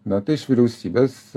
na tai iš vyriausybės